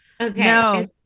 Okay